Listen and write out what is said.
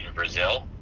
brazil,